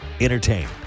entertain